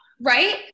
right